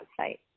website